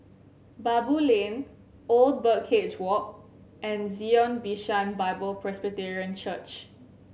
Baboo Lane Old Birdcage Walk and Zion Bishan Bible Presbyterian Church